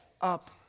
up